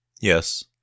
Yes